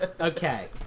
Okay